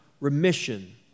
remission